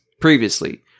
previously